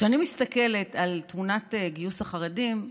כשאני מסתכלת על תמונת גיוס החרדים,